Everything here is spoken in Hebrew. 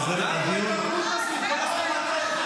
רוצה שאני אראה לך?